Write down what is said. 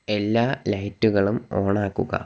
എല്ലാ ലൈറ്റുകളും ഓണ് ആക്കുക